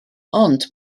ond